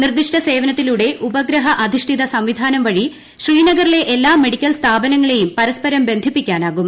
നിർദ്ദിഷ്ട സേവനത്തിലൂടെ ഉപഗ്രഹ അധിഷ്ഠിത സ്പ്റ്റീധാനം വഴി ശ്രീനഗറിലെ എല്ലാ മെഡിക്കൽ സ്ഥാപന്ങ്ങള്ളേയും പരസ്പരം ബന്ധിപ്പിക്കാനാകും